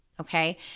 okay